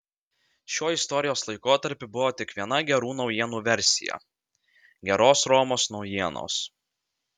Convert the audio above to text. šiuo istorijos laikotarpiu buvo tik viena gerų naujienų versija geros romos naujienos